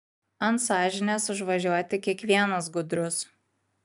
ant sąžinės užvažiuoti kiekvienas gudrus